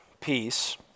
peace